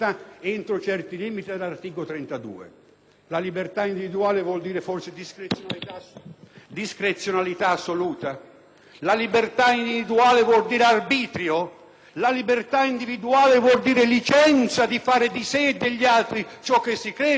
discrezionalità assoluta? La libertà individuale vuol dire arbitrio? La libertà individuale vuol dire licenza di fare di sé e degli altri ciò che si crede o la libertà individuale è sempre accompagnata dalla responsabilità?